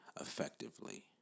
effectively